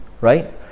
right